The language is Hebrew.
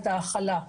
ההכלה.